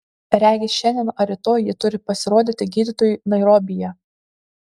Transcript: regis šiandien ar rytoj ji turi pasirodyti gydytojui nairobyje